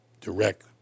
direct